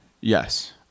Yes